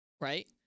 right